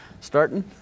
starting